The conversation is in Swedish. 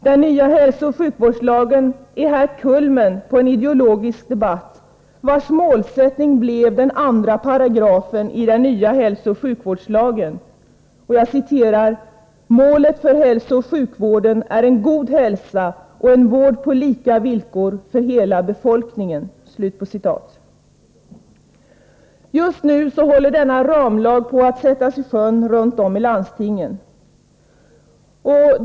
Den nya hälsooch sjukvårdslagen är här kulmen på en ideologisk debatt, vars målsättning blev 2 §i denna lag: ”Målet för hälsooch sjukvården är en god hälsa och en vård på lika villkor för hela befolkningen.” Just nu håller denna ramlag på att sättas i sjön runt om i landstingen.